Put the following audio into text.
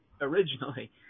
originally